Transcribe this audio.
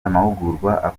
amahugurwa